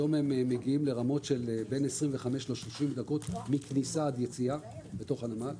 היום הם מגיעים לרמות בין 30-25 דקות מכניסה עד יציאה בתוך הנמל.